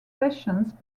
sessions